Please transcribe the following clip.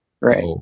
Right